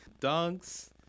dunks